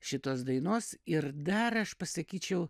šitos dainos ir dar aš pasakyčiau